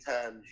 times